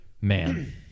man